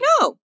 No